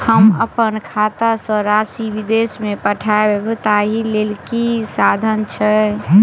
हम अप्पन खाता सँ राशि विदेश मे पठवै ताहि लेल की साधन छैक?